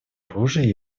оружия